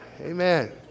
Amen